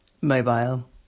Mobile